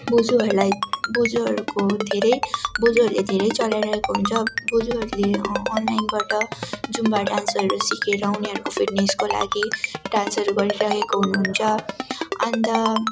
बोजूहरूलाई बोजूहरूको धेरै बोजूहरूले धेरै चलाइरहेको हुन्छ र बोजूहरूले अनलाइनबाट जुम्बा डान्सहरू सिकेर उनीहरूको फिटनेसको लागि डान्सहरू गरिरहेको हुनुहुन्छ अन्त